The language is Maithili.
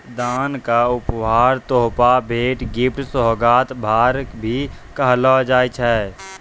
दान क उपहार, तोहफा, भेंट, गिफ्ट, सोगात, भार, भी कहलो जाय छै